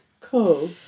cool